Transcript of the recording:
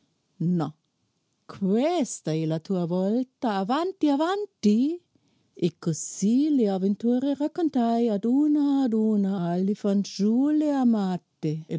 questa è la tua volta avanti avanti e così le avventure raccontai ad una ad una alle fanciulle amate